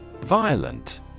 Violent